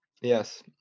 Yes